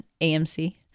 AMC